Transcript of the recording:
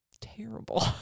terrible